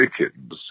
Dickens